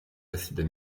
acides